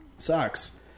sucks